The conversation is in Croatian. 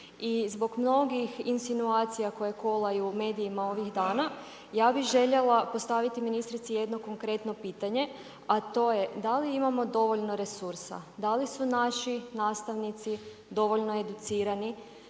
i zbog mnogih insinuacija koje kolaju medijima ovih dana, ja bi željela postaviti ministrici jedno konkretno pitanje, a to je da li imamo dovoljno resursa? Da li su naši nastavnici dovoljno educirani?